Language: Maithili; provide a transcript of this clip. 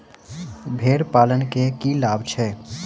भेड़ पालन केँ की लाभ छै?